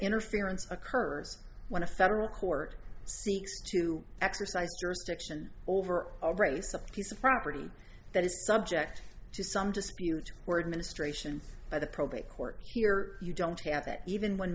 interference occurs when a federal court seeks to exercise jurisdiction over a race a piece of property that is subject to some dispute or administration by the probate court here you don't have that even when